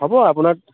হ'ব আপোনাক